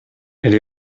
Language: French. elle